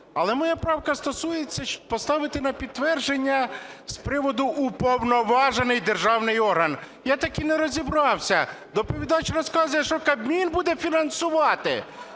Але моя правка стосується, щоб поставити на підтвердження, з приводу "уповноважений державний орган". Я так і не розібрався. Доповідач розказує, що Кабмін буде фінансувати